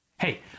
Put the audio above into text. Hey